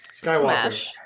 Skywalker